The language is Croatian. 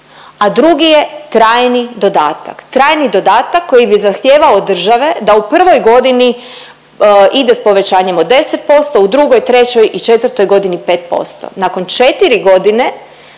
a drugi je trajni dodatak. Trajni dodatak koji bi zahtijevao od države da u prvoj godini ide s povećanjem od 10%, u drugoj, trećoj i četvrtoj godini 5%. Nakon 4 godine